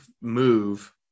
move